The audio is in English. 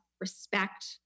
respect